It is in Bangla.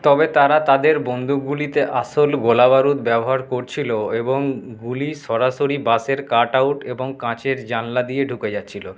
তবে তারা তাদের বন্দুকগুলিতে আসল গোলা বারুদ ব্যবহার করছিলো এবং গুলি সরাসরি বাসের কাট আউট এবং কাঁচের জানালা দিয়ে ঢুকে যাচ্ছিলো